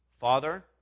Father